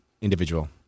individual